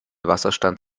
wasserstand